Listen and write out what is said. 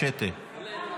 שֶׁטֶה.